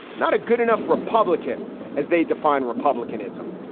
not a good enough republican as they define republicanism.